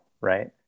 Right